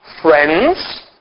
friends